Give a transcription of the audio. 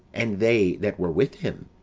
and they that were with him,